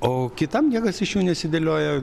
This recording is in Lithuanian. o kitam niekas iš jų nesidėlioja